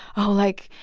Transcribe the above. oh, like,